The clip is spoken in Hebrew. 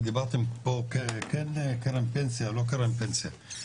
ודיברתם פה על קרן פנסיה או לא קרן פנסיה,